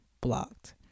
blocked